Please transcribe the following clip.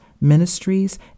ministries